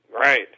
Right